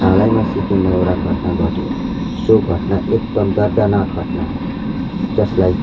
हालैमा सिक्किममा एउटा घटना घट्यो सो घटना एकदम दर्दनाक घटना हो त्यसलाई